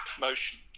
motion